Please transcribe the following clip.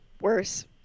worse